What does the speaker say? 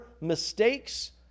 mistakes